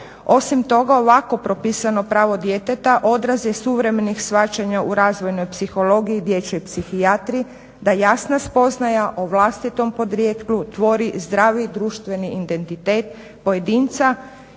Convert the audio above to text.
Osim toga, ovako propisano pravo djeteta odraz je suvremenih shvaćanja u razvojnoj psihologiji, dječjoj psihijatriji da jasna spoznaja o vlastitom podrijetlu tvori zdravi društveni identitet pojedinca,